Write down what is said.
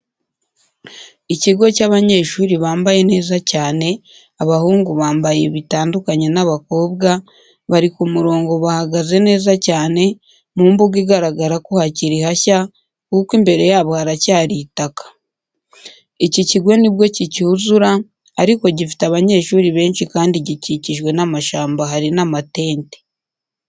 Ikigo cyabanyeshuri bambaye neza cyane, abahungu bambaye bitandukanye n'abakobwa, bari ku murongo bahagaze neza cyane, mu mbuga igaragara ko hakiri hashya kuko imbere yabo haracyari itaka. Iki kigo nibwo kicyuzura ariko gifite abanyeshuri benshi kandi gikikijwe n'amashyamba hari n'amatente.